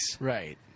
Right